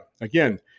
Again